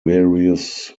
various